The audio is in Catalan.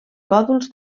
còdols